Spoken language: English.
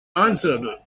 answered